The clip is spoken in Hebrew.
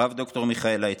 הרב ד"ר מיכאל לייטמן.